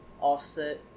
Offset